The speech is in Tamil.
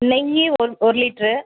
நெய் ஒரு ஒரு லிட்டரு